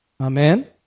Amen